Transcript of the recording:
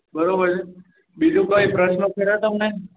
બરાબર છે બીજું કોઈ પ્રશ્નો ખરા તમને